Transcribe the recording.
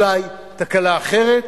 ואולי תקלה אחרת.